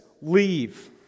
leave